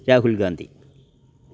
Rahul Gandhi